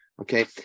Okay